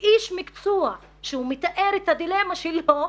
אם איש מקצוע שהוא מתאר את הדילמה שלו,